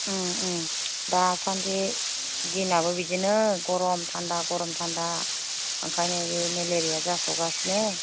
दासान्दि दिनआबो बिदिनो गरम थान्दा गरम थान्दा बेनिखायनो बे मेलेरिया जासाव गासिनो